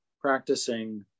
practicing